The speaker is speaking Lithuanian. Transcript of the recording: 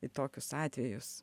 į tokius atvejus